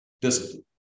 discipline